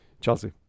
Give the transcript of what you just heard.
Chelsea